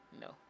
No